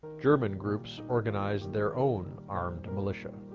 german groups organized their own armed militia.